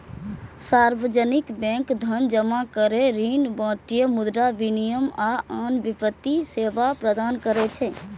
सार्वजनिक बैंक धन जमा करै, ऋण बांटय, मुद्रा विनिमय, आ आन वित्तीय सेवा प्रदान करै छै